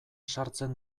sartzen